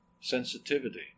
Sensitivity